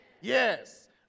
Yes